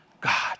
God